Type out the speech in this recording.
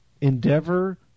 endeavor